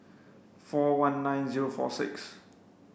four one nine zero four six